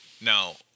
Now